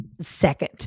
second